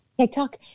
TikTok